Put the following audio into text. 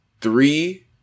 three